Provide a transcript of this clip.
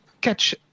catch